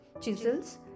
Chisels